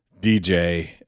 DJ